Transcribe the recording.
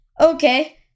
okay